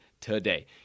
today